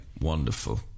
wonderful